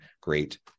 great